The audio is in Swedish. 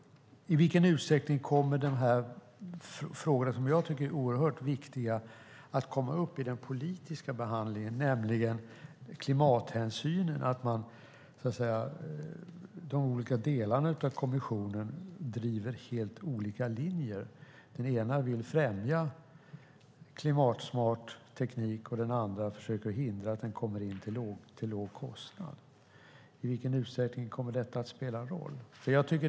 I vilken utsträckning kommer de frågor som jag tycker är oerhört viktiga att komma upp i den politiska behandlingen, nämligen klimathänsynen? De olika delarna av kommissionen driver helt olika linjer. Den ena vill främja klimatsmart teknik, och den andra försöker hindra att den kommer in till låg kostnad. I vilken utsträckning kommer det att spela roll?